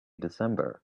december